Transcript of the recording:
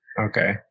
Okay